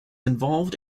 involved